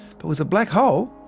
but with a black hole,